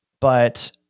But-